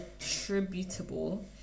attributable